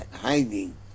Hiding